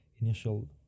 initial